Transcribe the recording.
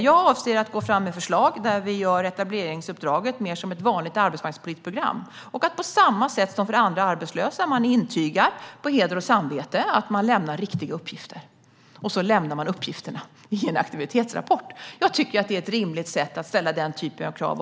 Jag avser att gå fram med förslag om att göra etableringsuppdraget mer till ett vanligt arbetsmarknadspolitiskt program; på samma sätt som andra arbetslösa får man då intyga på heder och samvete att man lämnar riktiga uppgifter, och man lämnar uppgifterna i en aktivitetsrapport. Jag tycker att det är ett rimligt sätt att ställa den typen av krav.